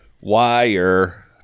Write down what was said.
wire